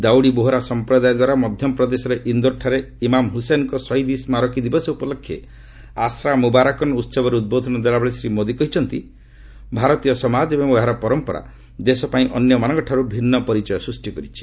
ଦାଉଡ଼ି ବୋହ୍ରା ସମ୍ପ୍ରଦାୟଦ୍ୱାରା ମଧ୍ୟପ୍ରଦେଶର ଇନ୍ଦୋରଠାରେ ଇମାମ୍ ହୁସେନଙ୍କ ଶହୀଦ୍ ସ୍କାରକୀ ଦିବସ ଉପଲକ୍ଷେ ଆଶ୍ରା ଇ ମୁବାରକନ୍ ଉହବରେ ଉଦ୍ବୋଧନ ଦେଲାବେଳେ ଶ୍ରୀ ମୋଦି କହିଛନ୍ତି ଭାରତୀୟ ସମାଜ ଏବଂ ଏହାର ପରମ୍ପରା ଦେଶପାଇଁ ଅନ୍ୟମାନଙ୍କଠାରୁ ଭିନ୍ନ ପରିଚୟ ସୃଷ୍ଟି କରିଛି